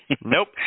Nope